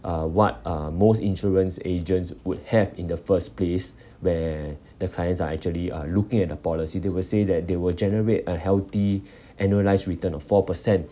uh what uh most insurance agents would have in the first place where the clients are actually are looking at a policy they will say that they will generate a healthy annualised return of four percent